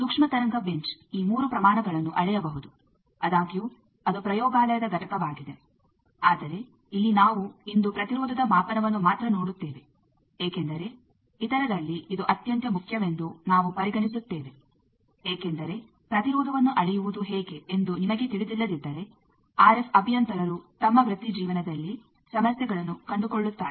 ಸೂಕ್ಷ್ಮ ತರಂಗ ಬೆಂಚ್ ಈ 3 ಪ್ರಮಾಣಗಳನ್ನು ಅಳೆಯಬಹುದು ಆದಾಗ್ಯೂ ಅದು ಪ್ರಯೋಗಾಲಯದ ಘಟಕವಾಗಿದೆ ಆದರೆ ಇಲ್ಲಿ ನಾವು ಇಂದು ಪ್ರತಿರೋಧದ ಮಾಪನವನ್ನು ಮಾತ್ರ ನೋಡುತ್ತೇವೆ ಏಕೆಂದರೆ ಇತರರಲ್ಲಿ ಇದು ಅತ್ಯಂತ ಮುಖ್ಯವೆಂದು ನಾವು ಪರಿಗಣಿಸುತ್ತೇವೆ ಏಕೆಂದರೆ ಪ್ರತಿರೋಧವನ್ನು ಅಳೆಯುವುದು ಹೇಗೆ ಎಂದು ನಿಮಗೆ ತಿಳಿದಿಲ್ಲದಿದ್ದರೆ ಆರ್ಎಫ್ ಅಭಿಯಂತರರು ತಮ್ಮ ವೃತ್ತಿ ಜೀವನದಲ್ಲಿ ಸಮಸ್ಯೆಗಳನ್ನು ಕಂಡುಕೊಳ್ಳುತ್ತಾರೆ